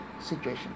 situation